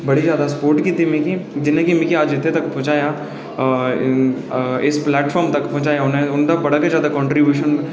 जेह्दे च साढ़े पेरैंटस साढ़े मम्मी पापा होरें साढ़ी बड़ी ज्यादा स्पोर्ट कीती मिगी